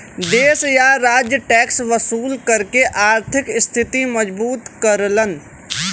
देश या राज्य टैक्स वसूल करके आर्थिक स्थिति मजबूत करलन